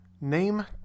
Name